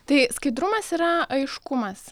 tai skaidrumas yra aiškumas